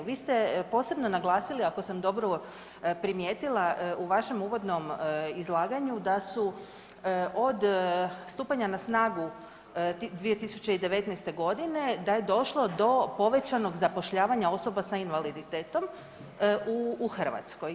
Vi ste posebno naglasili ako sam dobro primijetila u vašem uvodnom izlaganju da su od stupanja na snagu 2019.g. da je došlo do povećanog zapošljavanja osoba sa invaliditetom u Hrvatskoj.